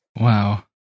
Wow